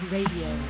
Radio